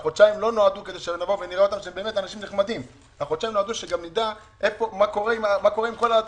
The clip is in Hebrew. החודשיים נועדו כדי שנדע מה קורה עם כל התקציב,